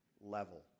level